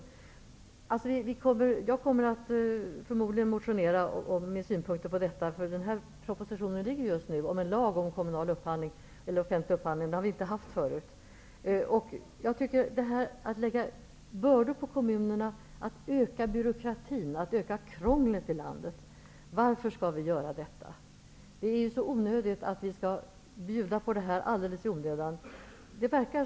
Eftersom propositionen om en lag om offentlig upphandling nu föreligger, kommer jag förmodligen att motionera om detta. Vi har inte haft en sådan tidigare. Varför skall vi lägga bördor på kommunerna, öka byråkratin och öka krånglet i landet? Det är så onödigt att bjuda på detta alldeles i onödan.